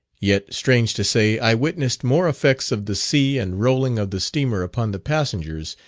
yet, strange to say, i witnessed more effects of the sea and rolling of the steamer upon the passengers,